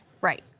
right